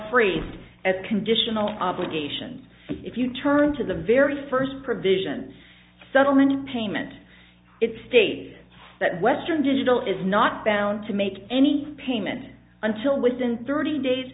as conditional obligations if you turn to the very first provision settlement in payment it stated that western digital is not bound to make any payment until within thirty days